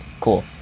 cool